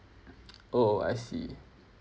oh I see